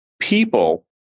people